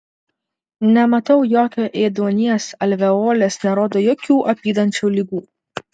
nematau jokio ėduonies alveolės nerodo jokių apydančių ligų